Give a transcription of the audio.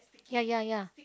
ya ya ya